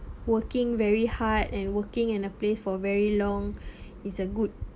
working very hard and working in a place for very long is a good